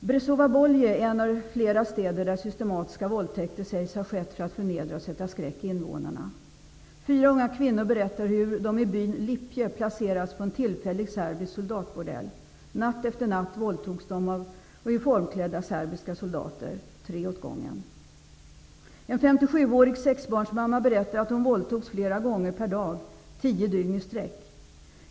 Brezovo Polje är en av flera städer där systematiska våldtäkter sägs ha skett för att förnedra och sätta skräck i invånarna. Fyra unga kvinnor berättar hur de i byn Liplje placerats på en tillfällig serbisk soldatbordell. Natt efter natt våldtogs de av uniformsklädda serbiska soldater, tre åt gången. En 57-årig sexbarnsmamma berättar att hon våldtogs flera gånger per dag tio dygn i sträck.